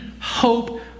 hope